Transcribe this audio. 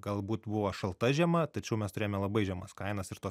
galbūt buvo šalta žiema tačiau mes turėjome labai žemas kainas ir to